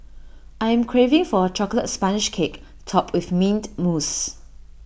I am craving for A Chocolate Sponge Cake Topped with Mint Mousse